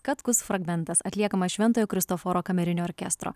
katkus fragmentas atliekamas šventojo kristoforo kamerinio orkestro